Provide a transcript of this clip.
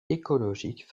écologiques